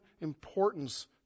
importance